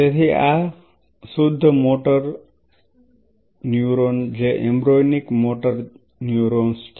તેથી આ શુદ્ધ મોટર ન્યુરોન જે એમ્બ્રિયોનિક મોટર ન્યુરોન છે